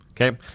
Okay